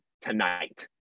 tonight